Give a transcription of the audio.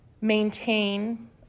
maintain